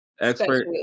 expert